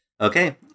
Okay